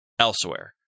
Elsewhere